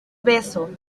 beso